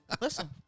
Listen